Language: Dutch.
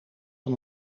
van